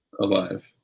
Alive